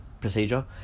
procedure